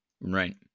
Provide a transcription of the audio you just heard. Right